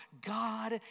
God